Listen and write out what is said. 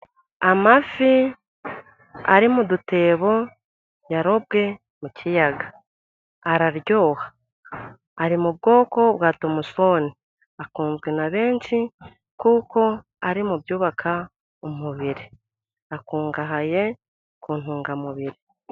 Amafi ari mu dutebo, yarobwe mu kiyaga. Araryoha. Ari mu bwoko bwa tumusofoni. Akunzwe na benshi, kuko ari mu byubaka umubiri. Akungahaye ku ntungamubiri.